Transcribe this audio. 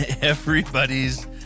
everybody's